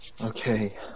okay